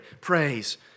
praise